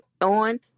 on